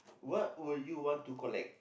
what would you want to collect